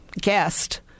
guest